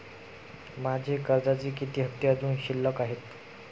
माझे कर्जाचे किती हफ्ते अजुन शिल्लक आहेत?